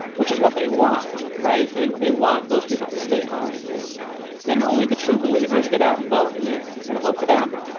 which is what they want. right. they they want those people to stay home because then only the true believers get out and vote and they are going to vote for them.